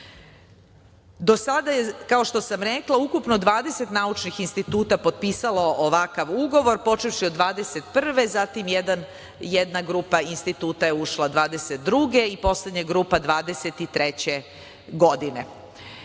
sada je, kao što sam rekla, ukupno 20 naučnih instituta potpisalo ovakav ugovor, počevši od 2021. godine, zatim jedna grupa instituta je ušla 2022. godine i poslednja grupa 2023. godine. Ono